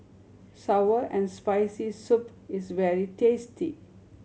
sour and Spicy Soup is very tasty